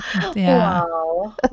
wow